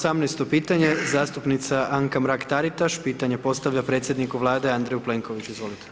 Idemo na 18. pitanje, zastupnica Anka Mrak-Taritaš, pitanje postavlja predsjedniku Vlade Andreju Plenkoviću, izvolite.